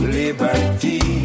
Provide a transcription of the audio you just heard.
liberty